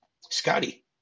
scotty